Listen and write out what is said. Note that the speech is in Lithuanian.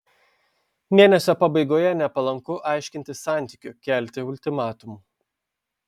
mėnesio pabaigoje nepalanku aiškintis santykių kelti ultimatumų